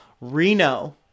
Reno